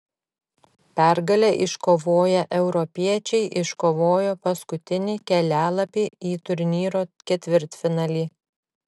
pergalę iškovoję europiečiai iškovojo paskutinį kelialapį į turnyro ketvirtfinalį